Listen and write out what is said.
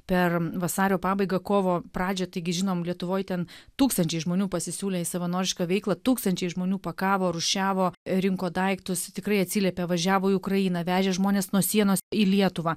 per vasario pabaiga kovo pradžia taigi žinom lietuvoj ten tūkstančiai žmonių pasisiūlė į savanorišką veiklą tūkstančiai žmonių pakavo rūšiavo rinko daiktus tikrai atsiliepė važiavo į ukrainą vežė žmones nuo sienos į lietuvą